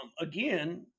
Again